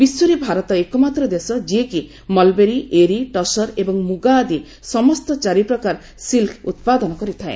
ବିଶ୍ୱରେ ଭାରତ ଏକମାତ୍ର ଦେଶ ଯିଏକି ମଲବେରୀ ଏରି ଟସର ଏବଂ ମୁଗା ଆଦି ସମସ୍ତ ଚାରିପ୍ରକାର ସିଲ୍କ ଉତ୍ପାଦନ କରିଥାଏ